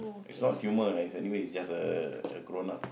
it's not tumour ah it's anyway just a a grown up